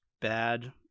bad